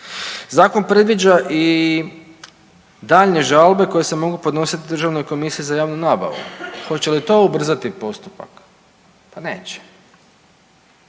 Zakon predviđa i daljnje žalbe koje se mogu podnositi Državnoj komisiji za javnu nabavu. Hoće li to ubrzati postupak? Pa neće.